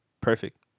Perfect